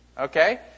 Okay